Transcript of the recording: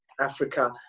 Africa